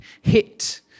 hit